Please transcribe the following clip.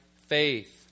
faith